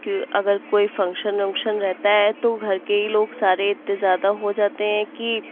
کہ اگر کوئی فنکشن ونکشن رہتا ہے تو گھر کے ہی لوگ سارے اتنے زیادہ ہو جاتے ہیں کہ